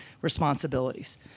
responsibilities